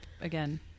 again